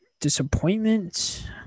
disappointment